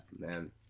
man